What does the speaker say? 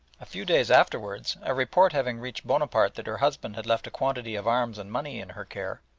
a few days afterwards, a report having reached bonaparte that her husband had left a quantity of arms and money in her care,